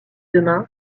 demain